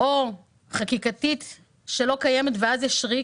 או חקיקתית שלא קיימת ואז יש ריק.